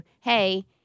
hey